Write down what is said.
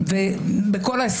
בבקשה.